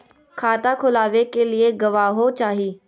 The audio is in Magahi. खाता खोलाबे के लिए गवाहों चाही?